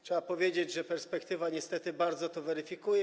Trzeba powiedzieć, że perspektywa niestety bardzo to weryfikuje.